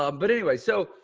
um but anyway, so,